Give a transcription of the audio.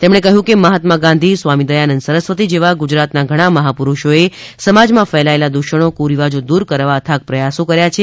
તેમણે કહ્યું કે મહાત્મા ગાંધી સ્વામી દયાનંદ સરસ્વતી જેવા ગુજરાતના ઘણાં મહાપુરૂષોએ સમાજમાં ફેલાયેલા દૂષણો કુરિવાજો દૂર કરવા અથાક પ્રયાસો કર્યા છે